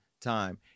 time